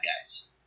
guys